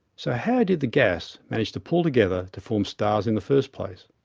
so how did the gas manage to pull together to form stars in the first place?